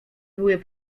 były